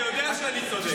אתה יודע שאני צודק.